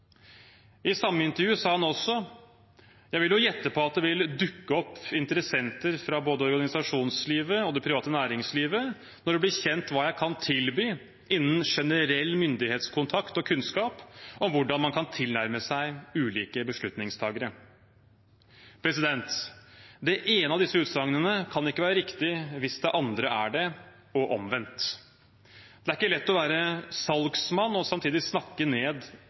I samme intervju sa han også: «Jeg vil jo gjette på at det vil dukke opp interessenter fra både organisasjonslivet og det private næringslivet, når det blir kjent hva jeg kan tilby innen generell myndighetskontakt og kunnskap om hvordan man kan tilnærme seg ulike beslutningstakere.» Det ene av disse utsagnene kan ikke være riktig hvis det andre er det – og omvendt. Det er ikke lett å være salgsmann og samtidig snakke ned